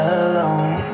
alone